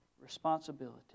responsibility